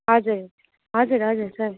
हजुर हजुर हजुर सर